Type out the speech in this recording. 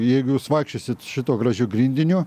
jeigu jūs vaikščiosit šituo gražiu grindiniu